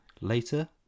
Later